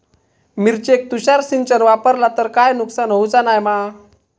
मिरचेक तुषार सिंचन वापरला तर काय नुकसान होऊचा नाय मा?